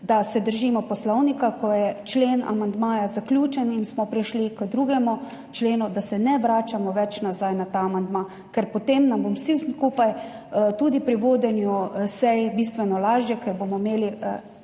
da se držimo poslovnika, ko je člen amandmaja zaključen in smo prešli k drugemu členu, da se ne vračamo več nazaj na ta amandma, ker potem bo vsem skupaj tudi pri vodenju sej bistveno lažje, ker bomo imeli